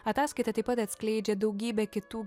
ataskaita taip pat atskleidžia daugybę kitų